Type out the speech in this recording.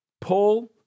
Paul